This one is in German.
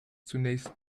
zunächst